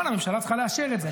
כמובן, הממשלה צריכה לאשר את זה.